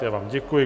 Já vám děkuji.